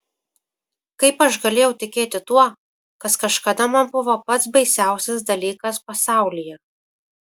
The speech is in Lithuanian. kaip aš galėjau tikėti tuo kas kažkada man buvo pats baisiausias dalykas pasaulyje